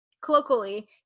colloquially